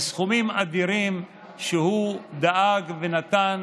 סכומים אדירים שהוא דאג ונתן